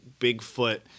Bigfoot